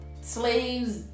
slaves